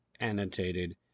Annotated